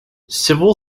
civil